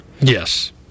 Yes